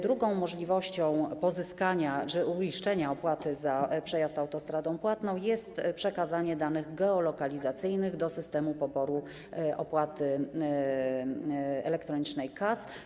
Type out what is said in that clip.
Drugą możliwością pozyskania, uiszczenia opłaty za przejazd autostradą płatną jest przekazanie danych geolokalizacyjnych do Systemu Poboru Opłaty Elektronicznej KAS.